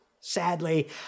Sadly